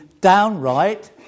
downright